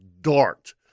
dart